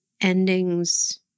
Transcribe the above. endings